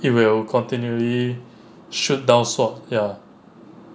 it will continually shoot down swords ah